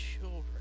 children